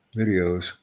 videos